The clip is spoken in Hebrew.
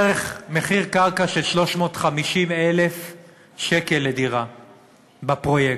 בערך מחיר קרקע של 350,000 שקל לדירה בפרויקט.